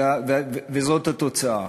וזאת התוצאה.